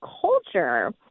culture